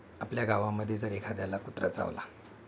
आपल्या गावामध्ये जर एखाद्याला कुत्रा चावला